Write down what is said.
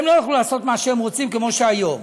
הם לא יוכלו לעשות מה שהם רוצים כמו שהיום.